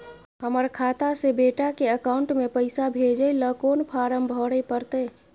हमर खाता से बेटा के अकाउंट में पैसा भेजै ल कोन फारम भरै परतै?